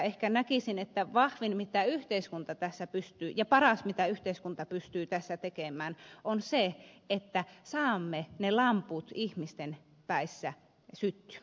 ehkä näkisin että vahvin mitä yhteiskunta tässä pystyy ja paras mitä yhteiskunta pystyy tässä tekemään on se että saamme ne lamput ihmiset päissä syttymään